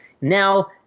Now